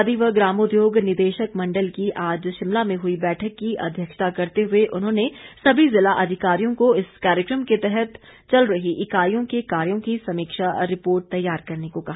खादी व ग्रामोद्योग निदेशक मंडल की आज शिमला में हई बैठक की अध्यक्षता करते हुए उन्होंने सभी जिला अधिकारियों को इस कार्यक्रम के तहत चल रही इकाईयों के कार्यो की समीक्षा रिपोर्ट तैयार करने को कहा